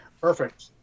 Perfect